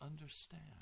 understand